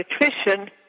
nutrition